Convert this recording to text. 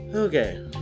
Okay